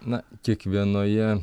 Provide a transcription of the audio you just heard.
na kiekvienoje